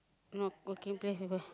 no